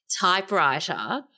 typewriter